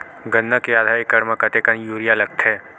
गन्ना के आधा एकड़ म कतेकन यूरिया लगथे?